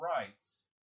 rights